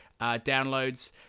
downloads